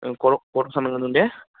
कर्टआव थांनांगोन नों देह